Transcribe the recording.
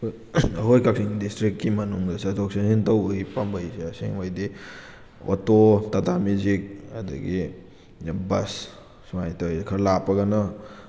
ꯑꯩꯈꯣꯏ ꯀꯛꯆꯤꯡ ꯗꯤꯁꯇ꯭ꯔꯤꯛꯀꯤ ꯃꯅꯨꯡꯗ ꯆꯠꯊꯣꯛ ꯆꯠꯁꯤꯟ ꯇꯧꯕꯒꯤ ꯄꯥꯝꯕꯩꯁꯦ ꯑꯁꯦꯡꯕꯩꯗꯤ ꯑꯣꯇꯣ ꯇꯇꯥ ꯃꯦꯖꯤꯛ ꯑꯗꯒꯤ ꯕꯁ ꯁꯨꯃꯥꯏꯅ ꯇꯧꯋꯤ ꯈꯔ ꯂꯥꯞꯄꯒꯅ